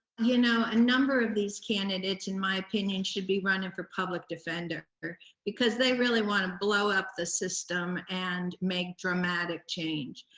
you know, a number of these candidates, in my opinion, should be running for public defender because they really wanna blow up the system and make dramatic change.